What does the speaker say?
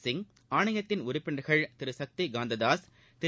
சிங் ஆணையத்தின் உறுப்பினர்கள் திரு சக்தி காந்ததாஸ் திரு